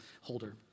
holder